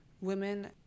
women